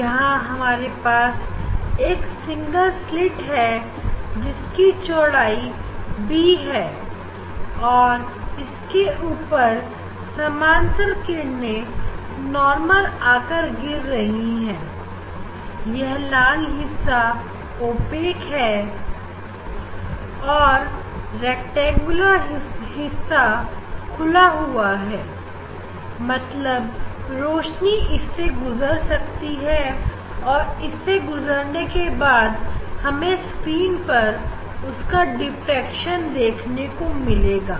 यहां हमारे पास एक सिंगल स्लीट है जिसकी चौड़ाई b है और इसके ऊपर समांतर किरने नॉर्मल आकर गिर रही हैं यह लाल हिस्सा ओपेक है और रैक्टेंगुलर हिस्सा खुला हुआ है मतलब रोशनी इससे गुजर सकती है और इससे गुजरने के बाद हमें स्क्रीन पर उसका डिफ्रेक्शन देखने को मिलेगा